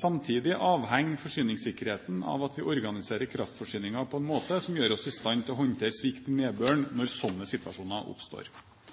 Samtidig avhenger forsyningssikkerheten av at vi organiserer kraftforsyningen på en måte som gjør oss i stand til å håndtere svikt i nedbøren når slike situasjoner oppstår.